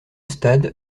stade